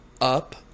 up